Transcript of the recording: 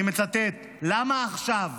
"למה עכשיו,